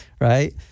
right